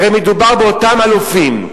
הרי מדובר באותם אלופים.